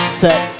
set